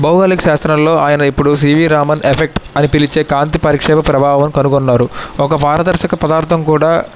భౌగోళిక శాస్త్రంలో ఆయన ఇప్పుడు సివి రామన్ ఎఫెక్ట్ అని పిలిచే కాంతి పరిక్షేపం ప్రభావం కనుగొన్నారు ఒక పారదర్శక పదార్థం కూడా